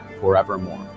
forevermore